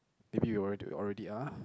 maybe you already already are